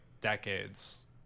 decades